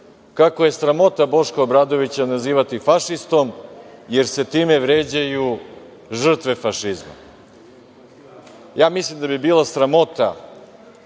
kako je sramota Boška Obradovića nazivati fašistom jer se time vređaju žrtve fašizma. Mislim da bi bila sramota